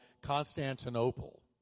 Constantinople